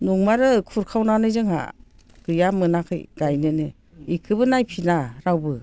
नंमारगौ खुरखावनानै जोंहा गैया मोनाखै गायनोनो बेखौबो नायफिना रावबो